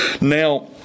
Now